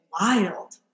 Wild